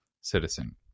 citizen